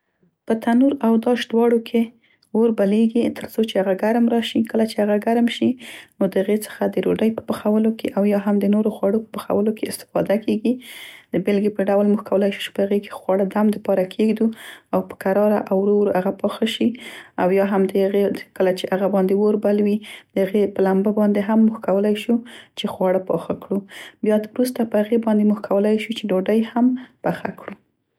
په تنور او داش دواړو کې اور بلیګي تر څو چې هغه ګرم راشي، کله چې هغه ګرم شي نو د هغې څخه د ډوډۍ په پخولو کې او یا هم د نور خوړو په پخولو کې استفاده کیګي، د بیلګې په ډول موږ کولای شو چې په هغې کې خواړه دم دپاره کیږدو او په کراره او ورو ورو هغه پاخه شي او یا هم د هغې، کله چې هغه باندې اور بل وي د هغې په لمبه باندې هم موږ کولای شو چې خواړه پاخه کړو، بیا وروسته په هغې باندې کولای شو چې ډوډۍ هم پخه کړو.